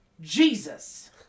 Jesus